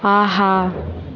ஆஹா